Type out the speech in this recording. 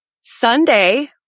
Sunday